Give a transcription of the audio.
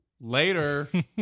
later